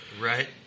Right